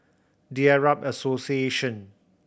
The Arab Association